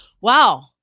Wow